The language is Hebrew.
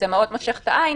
זה מאוד מושך את העין